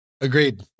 Agreed